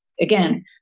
Again